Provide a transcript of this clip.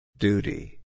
Duty